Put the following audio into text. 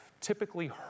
typically